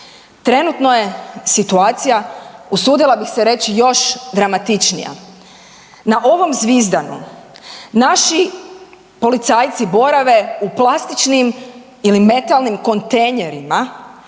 Trenutno je situacija, usudila bih se reći, još dramatičnija. Na ovom zvizdanu naši policajci borave u plastičnim ili metalnim kontejnerima